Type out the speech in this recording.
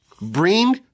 bring